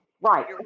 Right